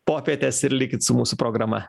popietės ir likit su mūsų programa